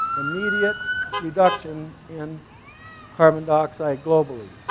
immediate reduction in carbon dioxide globally.